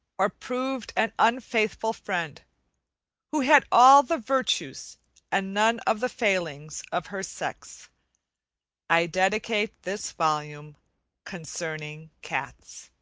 or proved an unfaithful friend who had all the virtues and none of the failings of her sex i dedicate this volume concerning cats